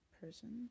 person